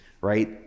right